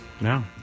No